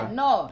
no